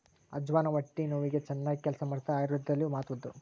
ಅಜ್ವಾನ ಹೊಟ್ಟೆ ನೋವಿಗೆ ಚನ್ನಾಗಿ ಕೆಲಸ ಮಾಡ್ತಾದ ಆಯುರ್ವೇದದಲ್ಲಿಯೂ ಮಹತ್ವದ್ದು